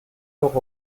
noch